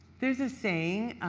there is a saying,